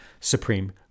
Supreme